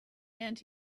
and